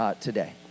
Today